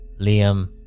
Liam